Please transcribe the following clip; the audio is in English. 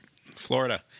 Florida